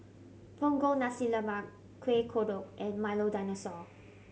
Punggol Nasi Lemak Kueh Kodok and Milo Dinosaur